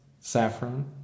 Saffron